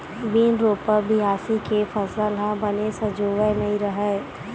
बिन रोपा, बियासी के फसल ह बने सजोवय नइ रहय